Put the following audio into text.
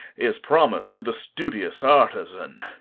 is promis'd to the studious artizan!